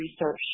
research